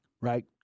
right